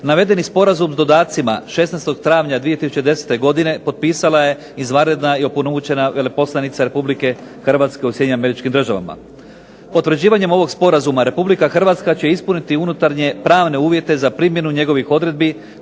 navedeni sporazum s dodacima 16. travnja 2010. godine potpisala je izvanredna i opunomoćena veleposlanica RH u SAD-u. Potvrđivanjem ovog sporazuma RH će ispuniti unutarnje pravne uvjete za primjenu njegovih odredbi